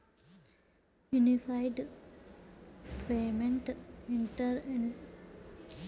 unified payment interface అనేది ఒక smart phone application